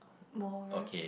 more